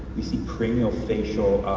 you see craniofacial